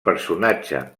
personatge